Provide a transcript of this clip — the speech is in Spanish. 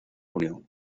unión